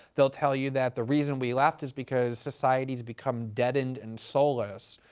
they'll tell you that the reason we left is because society's become deadened and soulless,